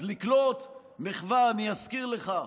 אני אזכיר לך,